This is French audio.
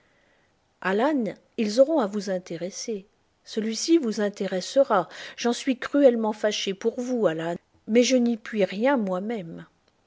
ils auront à vous intéresser celui-ci vous intéressera j'en suis cruellement fâché pour vous alan mais je n'y puis rien moi-même